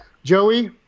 Joey